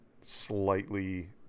slightly